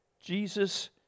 Jesus